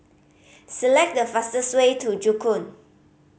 select the fastest way to Joo Koon